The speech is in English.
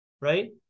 right